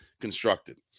constructed